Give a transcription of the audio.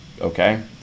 Okay